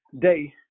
day